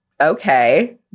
okay